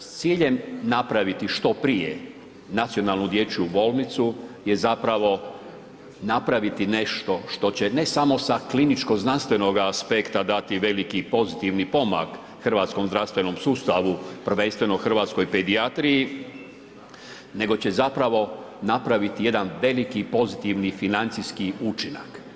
S ciljem napraviti što prije nacionalnu dječju bolnicu je zapravo napraviti nešto što će, ne samo sa kliničkog znanstvenoga aspekta dati veliki pozitivni pomak hrvatskom zdravstvenom sustavu, prvenstveno hrvatskoj pedijatriji, nego će zapravo napraviti jedan veliki pozitivni financijski učinak.